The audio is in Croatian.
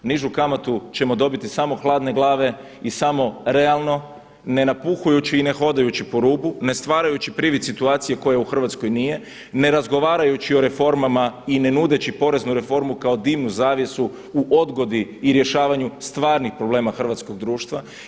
Nižu kamatu ćemo dobiti samo hladne glave i samo realno nenapuhujući i ne hodajući po rubu, ne stvarajući privid situacije koje u Hrvatskoj nije, ne razgovarajući o reformama i ne nudeći poreznu reformu kao dimnu zavjesu u odgodi i rješavanju stvarnih problema hrvatskog društva.